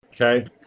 Okay